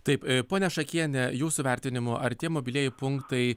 taip ponia šakienė jūsų vertinimu ar tie mobilieji punktai